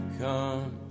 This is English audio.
come